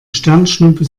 sternschnuppe